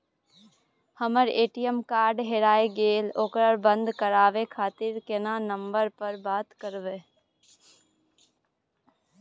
हमर ATM card हेराय गेले ओकरा बंद करे खातिर केना नंबर पर बात करबे?